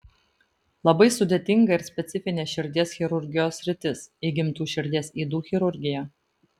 labai sudėtinga ir specifinė širdies chirurgijos sritis įgimtų širdies ydų chirurgija